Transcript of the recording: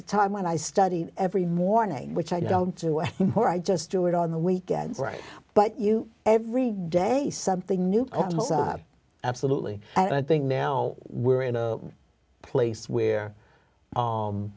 a time when i study every morning which i don't do well or i just do it on the weekends right but you every day something new absolutely and i think now we're in a place where